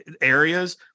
areas